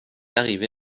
arrivé